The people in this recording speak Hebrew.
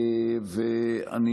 ואני